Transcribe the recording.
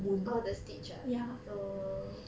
orh the stitch ah orh